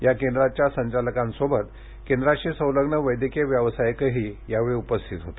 या केंद्राच्या संचालकांबरोबरच केंद्राशी संलग्न वैद्यकीय व्यावसायिकही यावेळी उपस्थित होते